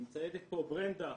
נמצאת פה גם ברנדה,